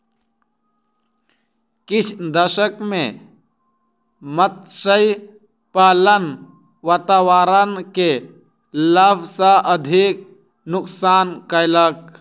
किछ दशक में मत्स्य पालन वातावरण के लाभ सॅ अधिक नुक्सान कयलक